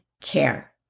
care